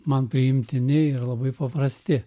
man priimtini ir labai paprasti